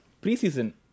Pre-season